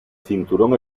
cinturón